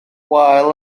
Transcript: wael